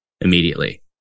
immediately